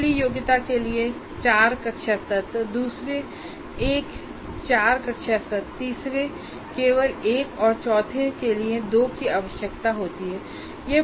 पहली योग्यता के लिए 4 कक्षा सत्र दूसरे एक 4 कक्षा सत्र तीसरे केवल एक और चौथे के लिए 2 की आवश्यकता होती है